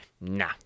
Nah